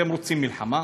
אתם רוצים מלחמה?